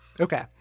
Okay